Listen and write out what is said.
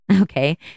Okay